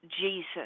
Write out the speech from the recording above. Jesus